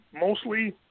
mostly